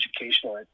educational